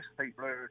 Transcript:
people